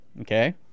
okay